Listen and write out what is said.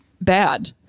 bad